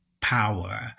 power